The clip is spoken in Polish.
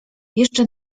jeszcze